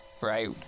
right